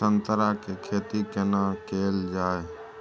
संतरा के खेती केना कैल जाय?